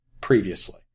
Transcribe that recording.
previously